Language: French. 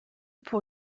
pour